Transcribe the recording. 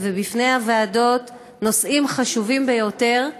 ובפני הוועדות נושאים חשובים ביותר.